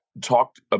talked